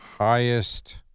Highest